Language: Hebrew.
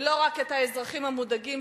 ולא רק את האזרחים המודאגים,